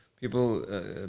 people